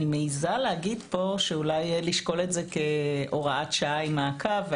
אולי לשקול את זה כהוראת שעה עם מעקב,